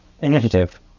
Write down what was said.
Initiative